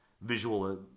visual